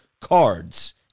cards